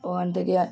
ওখান থেকে